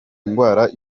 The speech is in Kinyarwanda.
ndwara